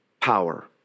power